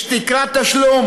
יש תקרת תשלום,